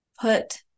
put